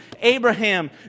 Abraham